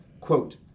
quote